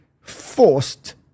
forced